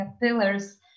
pillars